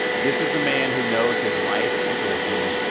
this is a man who knows his wife is listening